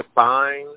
fine